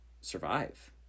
survive